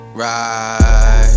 ride